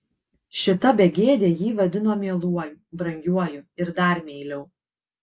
šita begėdė jį vadino mieluoju brangiuoju ir dar meiliau